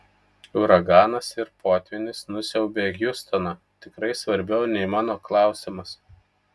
uraganas ir potvynis nusiaubę hjustoną tikrai svarbiau nei mano klausimas